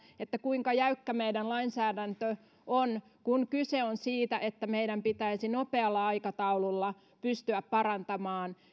kuinka jäykkä meidän lainsäädäntömme on kun kyse on siitä että meidän pitäisi nopealla aikataululla pystyä parantamaan